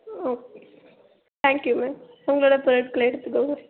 okay thank you ma'am உங்களோடய பொருட்களை எடுத்துக்கோங்க